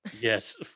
Yes